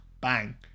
bang